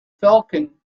falcon